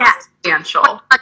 substantial